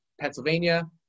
Pennsylvania